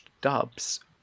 dubs